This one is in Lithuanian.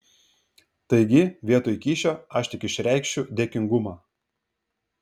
taigi vietoj kyšio aš tik išreikšiu dėkingumą